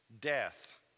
death